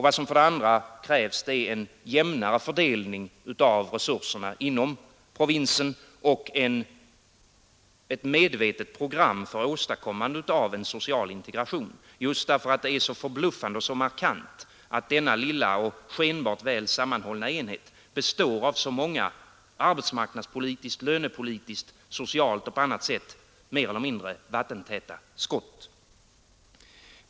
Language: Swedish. Vad som för det andra krävs är en jämnare fördelning av resurserna inom provinsen och ett medvetet program för åstadkommande av en social integration just därför att det är så förbluffande och så markant att denna lilla och skenbart väl sammanhållna enhet består av så många arbetsmarknadspolitiskt, lönepolitiskt, socialt och på annat sätt mer eller mindre vattentäta skott.